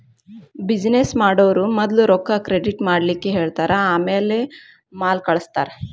business ಮಾಡೊವ್ರು ಮದ್ಲ ರೊಕ್ಕಾ ಕ್ರೆಡಿಟ್ ಮಾಡ್ಲಿಕ್ಕೆಹೆಳ್ತಾರ ಆಮ್ಯಾಲೆ ಮಾಲ್ ಕಳ್ಸ್ತಾರ